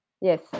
yes